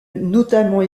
notamment